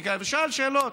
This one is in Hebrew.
ושאל שאלות.